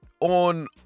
on